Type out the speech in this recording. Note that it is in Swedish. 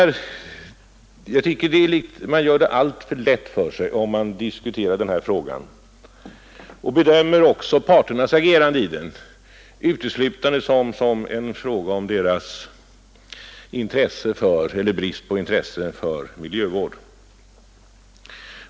Jag tycker man gör det alltför lätt för sig, om man diskuterar och bedömer parternas agerande i denna sak uteslutande som en fråga om deras intresse för eller brist på intresse för miljövård.